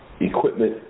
equipment